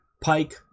Pike